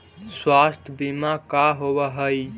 स्वास्थ्य बीमा का होव हइ?